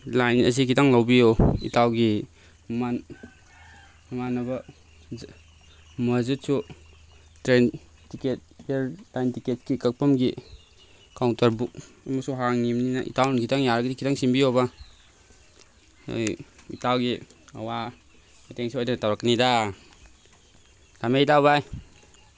line ꯑꯁꯤ ꯈꯤꯇꯪ ꯂꯧꯕꯤꯌꯨ ꯏꯇꯥꯎꯒꯤ ꯃꯃꯥꯟꯅꯕ ꯃꯁꯖꯤꯗꯁꯨ ꯇ꯭ꯔꯦꯟ ꯇꯤꯀꯦꯠ ꯇ꯭ꯔꯦꯟ ꯇꯤꯀꯦꯠꯀꯤ ꯀꯛꯐꯝꯒꯤ ꯀꯥꯎꯟꯇꯔ ꯕꯨꯛ ꯑꯃꯁꯨ ꯍꯥꯡꯉꯤꯕꯅꯤꯅ ꯏꯇꯥꯎꯅ ꯈꯤꯇꯪ ꯌꯥꯔꯒꯗꯤ ꯈꯤꯇꯪ ꯁꯤꯟꯕꯤꯌꯣꯕ ꯑꯩ ꯏꯇꯥꯎꯒꯤ ꯑꯋꯥ ꯃꯇꯦꯡ ꯁꯣꯏꯗꯅ ꯇꯧꯔꯛꯀꯅꯤꯗ ꯊꯝꯃꯦ ꯏꯇꯥꯎ ꯕꯥꯏ